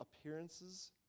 appearances